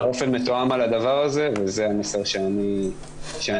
--- באופן מתואם על הדבר הזה וזה המסר שאני מכיר.